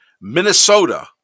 minnesota